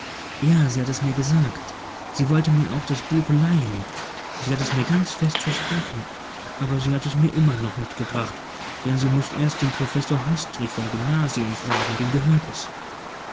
hauptmann ja sie hat es mir gesagt sie wollte mir auch das buch leihen sie hat es mir ganz fest versprochen aber sie hat es mir immer noch nicht gebracht denn sie muß erst den professor hastrich vom gymnasium fragen dem gehört es